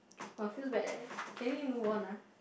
orh feels bad leh can we move on ah